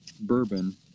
bourbon